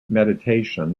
meditation